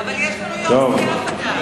אבל יש לנו יושב-ראש סיעה חדש.